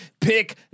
pick